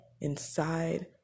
inside